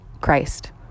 Christ